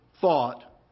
thought